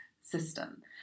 system